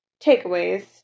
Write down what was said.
takeaways